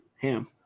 ham